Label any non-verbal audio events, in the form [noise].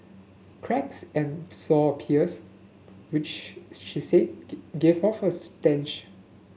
cracks and sore appears which she said [unintelligible] give off a stench